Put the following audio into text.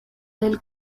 del